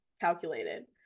calculated